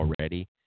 already